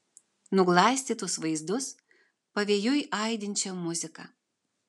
nuglaistytus vaizdus pavėjui aidinčią muziką